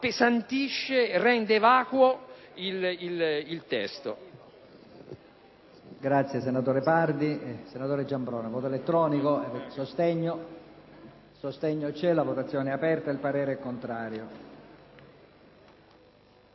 appesantisce e rende vacuo il testo.